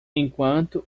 enquanto